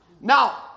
Now